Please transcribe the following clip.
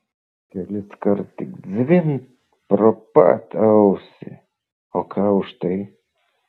keliskart tik zvimbt pro pat ausį o ką už tai